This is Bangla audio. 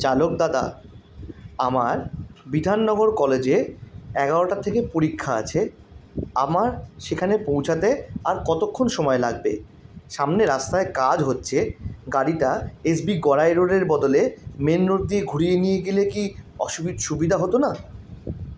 চালক দাদা আমার বিধাননগর কলেজে এগারোটা থেকে পরীক্ষা আছে আমার সেখানে পৌঁছাতে আর কতক্ষণ সময় লাগবে সামনের রাস্তায় কাজ হচ্ছে গাড়িটা এসবি গড়াই রোডের বদলে মেন রোড দিয়ে ঘুরিয়ে নিয়ে গেলে কি অসু সুবিধা হত না